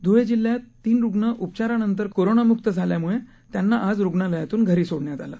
धुळे जिल्ह्यात तीन रुग्ण उपचारानंतर कोरोनामुक्त झाल्यामुळे त्यांना आज रुग्णालयातून घरी सोडलं